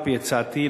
על-פי הצעתי,